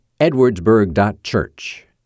edwardsburg.church